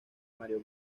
mario